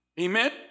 Amen